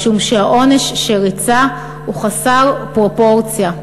משום שהעונש שהוא ריצה הוא חסר פרופורציה,